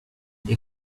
you